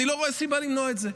אני לא רואה סיבה למנוע את זה.